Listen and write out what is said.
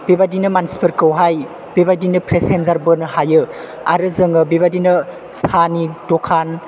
बेबायदिनो मानसिफोरखौहाय बेबायदिनो पेसेनजार बोनो हायो आरो जों बेबायदिनो सानि दखान